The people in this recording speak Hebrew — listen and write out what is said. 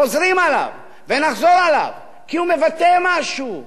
חוזרים עליו ונחזור עליו, כי הוא מבטא משהו.